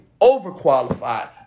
overqualified